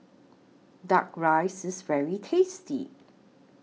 Duck Rice IS very tasty